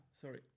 sorry